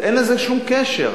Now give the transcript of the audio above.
אין לזה שום קשר.